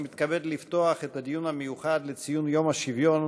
אני מתכבד לפתוח את הדיון המיוחד לציון יום השוויון